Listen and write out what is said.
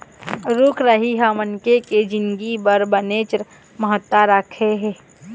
रूख राई ह मनखे के जिनगी बर बनेच महत्ता राखथे